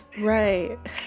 right